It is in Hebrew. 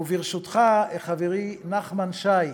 ברשותך, חברי נחמן שי,